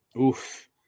Oof